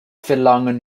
verlangen